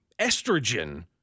estrogen